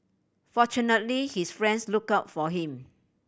fortunately his friends looked out for him